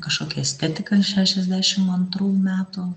kažkokią estetiką šešiasdešim antrų metų